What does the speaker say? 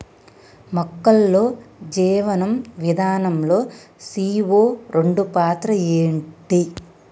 మొక్కల్లో జీవనం విధానం లో సీ.ఓ రెండు పాత్ర ఏంటి?